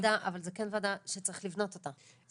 -- אבל זאת כן ועדה שצריך לבנות אותה.